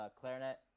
Clarinet